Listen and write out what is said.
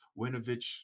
Winovich